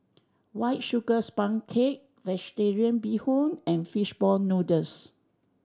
White Sugar Sponge Cake Vegetarian Bee Hoon and fish ball noodles